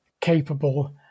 capable